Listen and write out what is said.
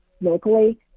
locally